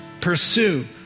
Pursue